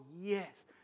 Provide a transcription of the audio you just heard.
Yes